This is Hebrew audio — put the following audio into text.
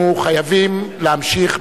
אנחנו ממשיכים